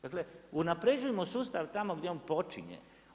Dakle, unapređujmo sustav tamo gdje on počinje.